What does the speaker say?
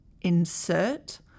insert